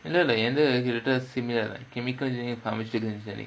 இல்ல இல்ல:illa illa chemical